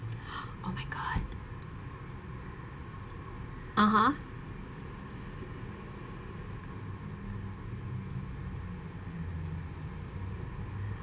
oh my god (uh huh)